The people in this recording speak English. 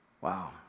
Wow